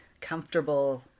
comfortable